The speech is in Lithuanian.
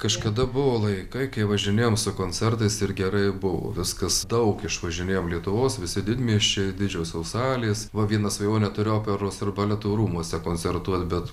kažkada buvo laikai kai važinėjom su koncertais ir gerai buvo viskas daug išvažinėjom lietuvos visi didmiesčiai didžiosios salės va vieną svajonę turiu operos ir baleto rūmuose koncertuot bet